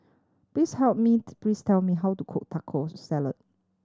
please help me please tell me how to cook Taco Salad